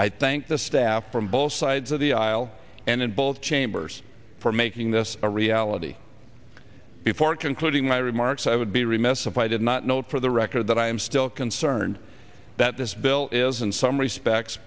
i thank the staff from both sides of the aisle and in both chambers for making this a reality before concluding my remarks i would be remiss if i did not note for the record that i am still concerned that this bill is in some respects